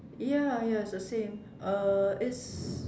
ya ya it's the same uh it's